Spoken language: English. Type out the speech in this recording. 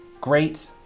great